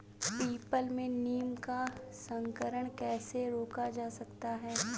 People में नीम का संकरण कैसे रोका जा सकता है?